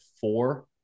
four